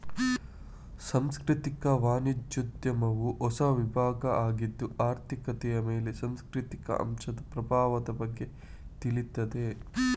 ಸಾಂಸ್ಕೃತಿಕ ವಾಣಿಜ್ಯೋದ್ಯಮವು ಹೊಸ ವಿಭಾಗ ಆಗಿದ್ದು ಆರ್ಥಿಕತೆಯ ಮೇಲೆ ಸಾಂಸ್ಕೃತಿಕ ಅಂಶದ ಪ್ರಭಾವದ ಬಗ್ಗೆ ತಿಳೀತದೆ